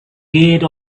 gate